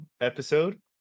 episode